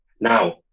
Now